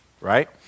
right